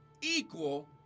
equal